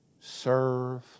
serve